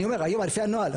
אני אומר, לפי הנוהל.